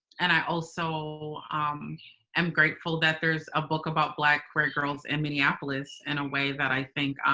and i also um am grateful that there's a book about black queer girls in minneapolis in a way that i think,